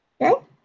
Okay